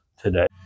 today